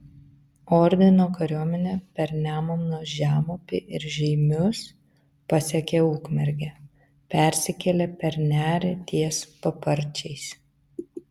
ordino kariuomenė per nemuno žemupį ir žeimius pasiekė ukmergę persikėlė per nerį ties paparčiais